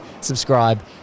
subscribe